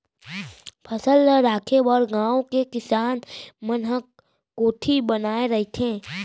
फसल ल राखे बर गाँव के किसान मन ह कोठी बनाए रहिथे